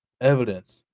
Evidence